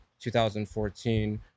2014